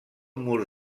mur